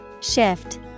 Shift